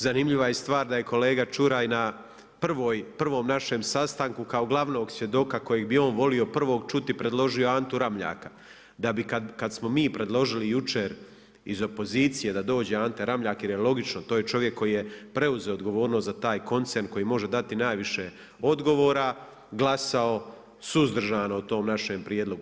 Zanimljiva je stvar da je kolega Čuraj na prvom našem sastanku kao glavnog svjedoka kojeg bi on volio prvog čuti predložio Antu Ramljaka, da bi kad smo mi predložili jučer iz opozicije da dođe Ante Ramljak, jer je logično, to je čovjek koji je preuzeo odgovornost za taj koncern koji može dati najviše odgovora glasao suzdržano u tom našem prijedlogu.